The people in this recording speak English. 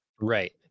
Right